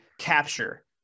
capture